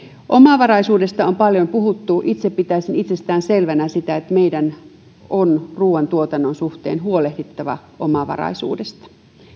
omavaraisuudesta on paljon puhuttu ja itse pitäisin itsestään selvänä sitä että meidän on ruuantuotannon suhteen huolehdittava omavaraisuudesta